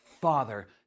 Father